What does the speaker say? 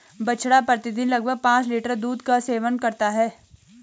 बछड़ा प्रतिदिन लगभग पांच लीटर दूध का सेवन करता है